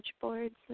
boards